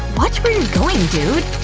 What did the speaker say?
watch where you're going, dude!